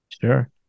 Sure